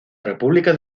república